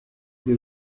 bwe